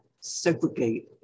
segregate